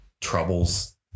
troubles